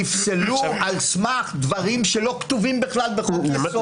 נפסלו על סמך דברים שלא כתובים בכלל בחוק-יסוד.